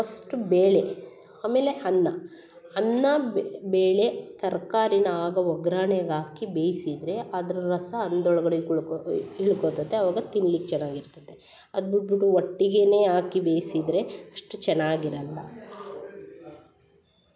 first ಬೇಳೆ ಆಮೇಲೆ ಅನ್ನ ಅನ್ನ ಬೇಳೆ ತರಕಾರಿನ ಆಗ ಒಗ್ಗರ್ಣೆಗೆ ಹಾಕಿ ಬೇಯ್ಸಿದ್ದರೆ ಅದರ ರಸ ಅನ್ದೊಳ್ಗಡೆ ಉಳ್ಕೊ ಉಳ್ಕೊತತೆ ಅವಾಗ ತಿನ್ಲಿಕ್ಕೆ ಚೆನ್ನಾಗಿರ್ತತೆ ಅದು ಬಿಟ್ಬುಟ್ಟು ಒಟ್ಟಿಗೆ ಹಾಕಿ ಬೇಯ್ಸಿದ್ದರೆ ಅಷ್ಟು ಚೆನ್ನಾಗಿರಲ್ಲ